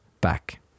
back